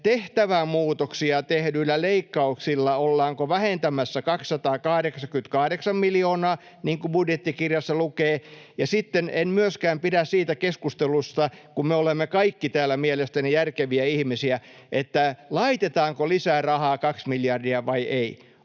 tehtävämuutoksilla tehdyillä leikkauksilla vähentämässä 288 miljoonaa, niin kuin budjettikirjassa lukee. Ja sitten en myöskään pidä siitä keskustelusta — kun me olemme kaikki täällä mielestäni järkeviä ihmisiä — että laitetaanko lisää rahaa kaksi miljardia vai ei.